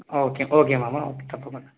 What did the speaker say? okay okay మామ తప్పకుండా